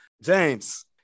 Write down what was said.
James